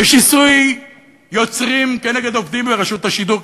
ושיסוי יוצרים נגד עובדים ברשות השידור,